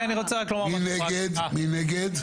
מי נגד?